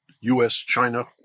US-China